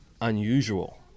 unusual